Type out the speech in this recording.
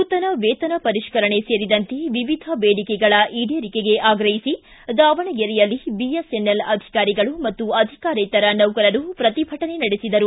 ನೂತನ ವೇತನ ಪರಿಷ್ಕರಣೆ ಸೇರಿದಂತೆ ವಿವಿಧ ದೇಡಿಕೆಗಳ ಈಡೇರಿಕೆಗೆ ಆಗ್ರಹಿಸಿ ದಾವಣಗೆರೆಯಲ್ಲಿ ಬಿಎಸ್ಎನ್ಎಲ್ ಅಧಿಕಾರಿಗಳು ಮತ್ತು ಅಧಿಕಾರೇತರ ನೌಕರರು ಪ್ರತಿಭಟನೆ ನಡೆಸಿದರು